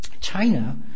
China